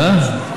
לא.